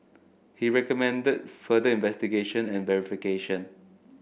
he recommended further investigation and verification